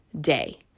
day